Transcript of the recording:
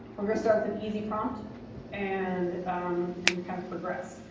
we're gonna start with an easy prompt and and kind of progress.